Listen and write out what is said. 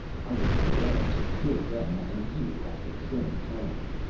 i will be glad to kill them and you at the same time.